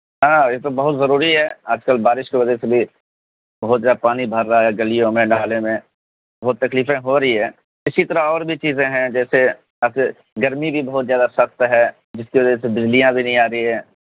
ہاں یہ تو بہت ضروری ہے آج کل بارش کی وجہ سے بھی بہت زیادہ پانی بھر رہا ہے گلیوں میں نالے میں بہت تکلیفیں ہو رہی ہیں اسی طرح اور بھی چیزیں ہیں جیسے اور پھر گرمی بھی بہت زیادہ سخت ہے جس کی وجہ سے بجلیاں بھی نہیں آ رہی ہیں